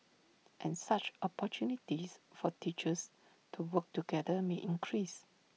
and such opportunities for teachers to work together may increase